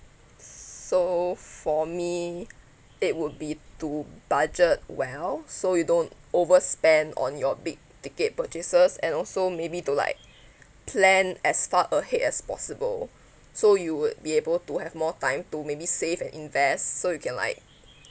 S so for me it would be to budget well so you don't overspend on your big ticket purchases and also maybe to like plan as far ahead as possible so you would be able to have more time to maybe save and invest so you can like